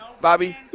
Bobby